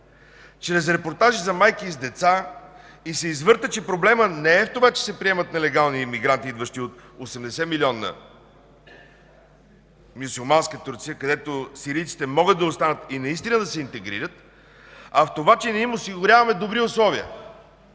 чрез репортажи за майки с деца и се извърта, че проблемът не е в това, че се приемат нелегални имигранти, идващи от 80-милионна мюсюлманска Турция, където сирийците могат да останат и наистина да се интегрират, а в това, че не им осигуряваме добри условия.